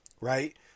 right